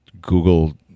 Google